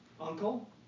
uncle